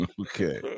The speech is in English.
Okay